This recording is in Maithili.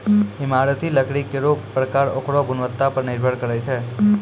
इमारती लकड़ी केरो परकार ओकरो गुणवत्ता पर निर्भर करै छै